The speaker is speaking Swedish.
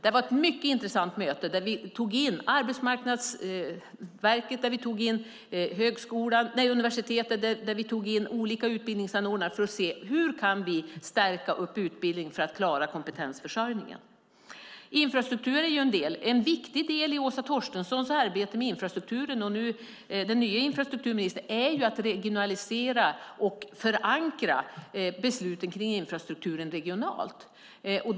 Det var ett mycket intressant möte där vi tog in Arbetsförmedlingen, universitetet och olika utbildningsanordnare för att se hur vi kan stärka utbildningen för att klara kompetensförsörjningen. En viktig del var Åsa Torstenssons arbete med infrastrukturen. Nu är det den nya infrastrukturministerns. Det handlar om att regionalisera och förankra besluten runt infrastrukturen regionalt.